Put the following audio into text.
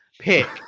Pick